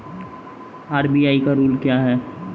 RBI का rule क्या हैं?